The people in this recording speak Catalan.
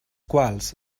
quals